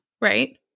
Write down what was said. right